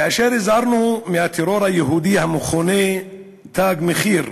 כאשר הזהרנו מהטרור היהודי המכונה "תג מחיר"